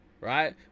right